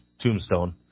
tombstone